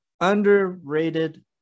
underrated